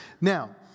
Now